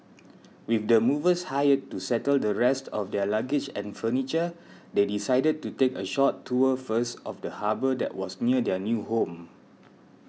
with the movers hired to settle the rest of their luggage and furniture they decided to take a short tour first of the harbour that was near their new home